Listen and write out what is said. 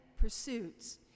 pursuits